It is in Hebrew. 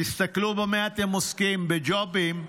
תסתכלו במה אתם עוסקים, בג'ובים,